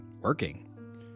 working